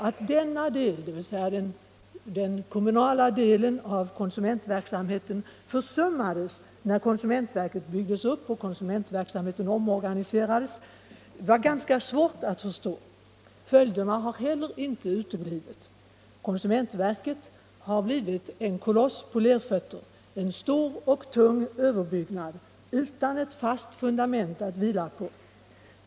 Att denna del, dvs. den kommunala delen av konsumentverksamheten, försummades när konsumentverket byggdes upp och konsumentverksamheten omorganiserades var ganska svårt att förstå. Följderna har heller inte uteblivit. Konsumentverket har blivit en koloss på lerfötter, en stor och tung överbyggnad utan ett fast fundament att vila på.